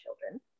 children